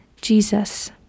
Jesus